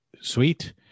sweet